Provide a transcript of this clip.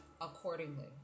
accordingly